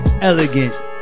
Elegant